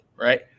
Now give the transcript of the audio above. right